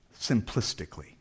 simplistically